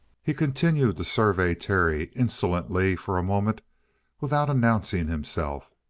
he continued to survey terry insolently for a moment without announcing himself.